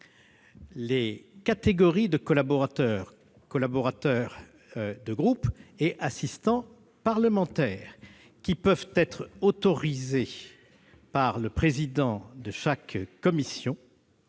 de collaborateurs, collaborateurs de groupes et assistants parlementaires, qui peuvent être autorisés par le président de chaque commission